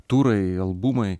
turai albumai